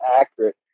accurate